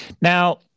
now